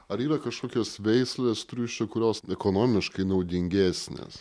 ar yra kažkokios veislės triušių kurios ekonomiškai naudingesnės